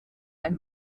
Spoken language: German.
ein